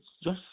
Yes